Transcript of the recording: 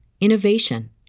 innovation